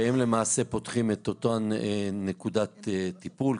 והם למעשה פותחים את אותה נקודת טיפול,